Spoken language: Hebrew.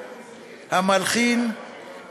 המלחין,